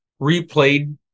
replayed